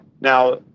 Now